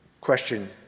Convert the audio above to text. question